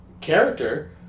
character